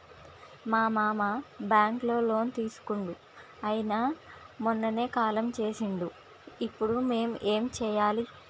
మా మామ బ్యాంక్ లో లోన్ తీసుకున్నడు అయిన మొన్ననే కాలం చేసిండు ఇప్పుడు మేం ఏం చేయాలి?